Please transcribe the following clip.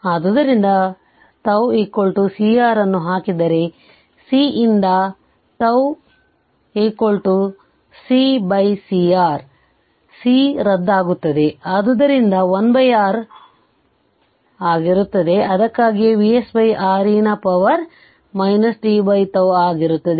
ಆದ್ದರಿಂದ τ CR ಅನ್ನು ಹಾಕಿದರೆ C ಯಿಂದ τ C by CR C C ರದ್ದಾಗುತ್ತದೆ ಅದು 1R ಆಗಿರುತ್ತದೆ ಅದಕ್ಕಾಗಿಯೇ VsR e ನ ಪವರ್ tτ ಆಗಿರುತ್ತದೆ